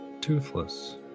Toothless